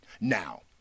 Now